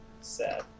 Sad